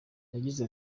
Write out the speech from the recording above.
yagize